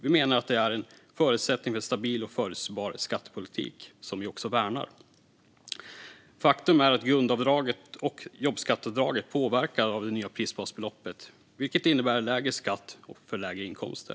Vi menar att det är en förutsättning för stabil och förutsägbar skattepolitik, som vi också värnar. Faktum är att grundavdraget och jobbskatteavdraget påverkas av det nya prisbasbeloppet, vilket innebär lägre skatt för lägre inkomster.